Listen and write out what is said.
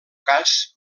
cas